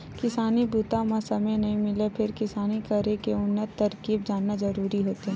किसानी बूता म समे नइ मिलय फेर किसानी करे के उन्नत तरकीब जानना जरूरी होथे